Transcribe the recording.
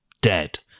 dead